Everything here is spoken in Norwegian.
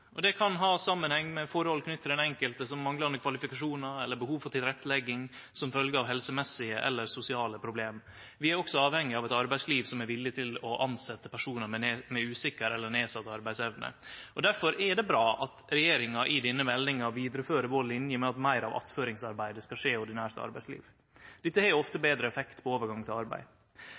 det. Det kan ha samanheng med forhold knytte til den enkelte, som manglande kvalifikasjonar eller behov for tilrettelegging som følgje av helsemessige eller sosiale problem. Vi er også avhengige av eit arbeidsliv som er villig til å tilsetje personar med usikker eller nedsett arbeidsevne. Difor er det bra at regjeringa i denne meldinga vidarefører vår linje med at meir av attføringsarbeidet skal skje i ordinært arbeidsliv. Dette har ofte betre effekt på overgangen til arbeid.